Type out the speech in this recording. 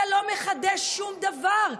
אתה לא מחדש שום דבר,